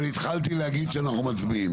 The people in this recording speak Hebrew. אבל התחלתי להגיד שאנחנו מצביעים.